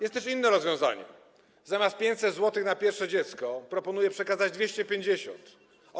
Jest też inne rozwiązanie: zamiast 500 zł na pierwsze dziecko proponuję przekazać 250 zł.